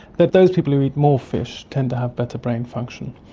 that those people who eat more fish tend to have better brain function.